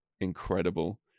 incredible